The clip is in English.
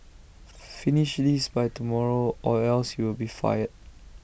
finish this by tomorrow or else you'll be fired